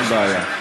אין בעיה.